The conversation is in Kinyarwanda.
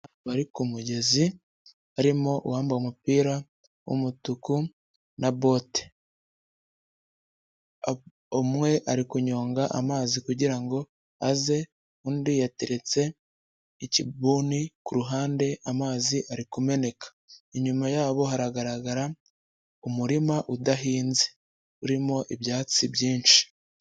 Wari kumugezi arimo uwambaye umupira w'umutuku na bote umwe ari kunyonga amazi kugira ngo aze undi yateretse ikibuni kuruhande amazi ari kumeneka inyuma yabo haragaragara umurima udahinze urimo ibyatsi byinshi.